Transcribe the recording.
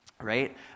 right